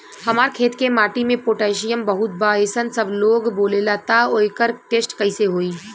हमार खेत के माटी मे पोटासियम बहुत बा ऐसन सबलोग बोलेला त एकर टेस्ट कैसे होई?